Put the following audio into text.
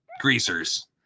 Greasers